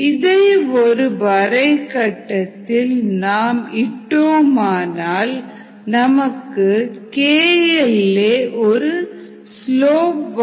இதை ஒருவரை கட்டத்தில் ln cc cO2 vs t இட்டால் kL a in a slope